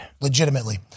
Legitimately